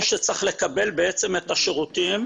מי שצריך לקבל בעצם את השירותים.